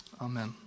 Amen